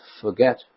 forget